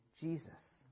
Jesus